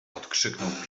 odkrzyknął